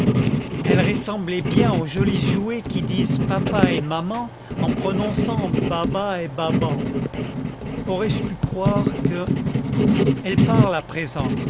elle ressemblait bien aux jolis jouets qui disent papa et maman en prononçant baâba et baâmban aurais-je pu croire que elle parle à présent